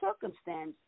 circumstance